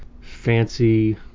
fancy